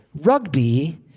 rugby